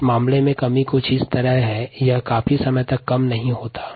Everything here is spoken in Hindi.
इस मामले यह काफी समय पश्चात घटता है